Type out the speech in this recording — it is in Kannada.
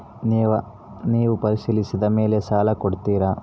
ನೇವು ಪರಿಶೇಲಿಸಿದ ಮೇಲೆ ಸಾಲ ಕೊಡ್ತೇರಾ?